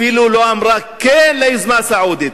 אפילו לא אמרה כן ליוזמה הסעודית.